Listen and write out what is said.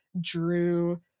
drew